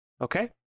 Okay